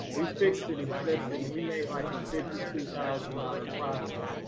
we fixed it and flipped and we made like a fifty two thousand dollars profit